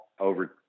over